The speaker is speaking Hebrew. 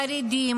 חרדים,